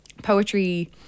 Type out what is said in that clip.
poetry